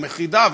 היחידה,